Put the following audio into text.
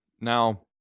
now